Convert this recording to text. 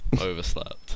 overslept